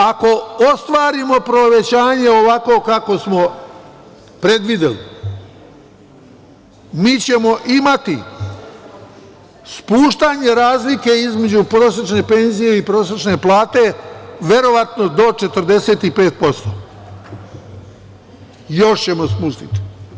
Ako ostvarimo povećanje ovako kako smo predvideli, mi ćemo imati spuštanje razlike između prosečne penzije i prosečne plate, verovatno do 45%, još ćemo spustiti.